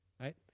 right